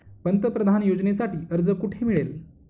पंतप्रधान योजनेसाठी अर्ज कुठे मिळेल?